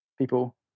people